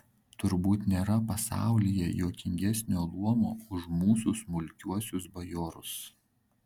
turbūt nėra pasaulyje juokingesnio luomo už mūsų smulkiuosius bajorus